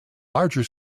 larger